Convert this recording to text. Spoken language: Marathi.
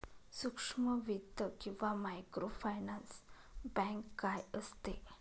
सूक्ष्म वित्त किंवा मायक्रोफायनान्स बँक काय असते?